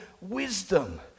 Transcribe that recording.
wisdom